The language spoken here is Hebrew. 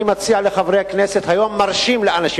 אני מציע לחברי הכנסת, היום מרשים לאנשים.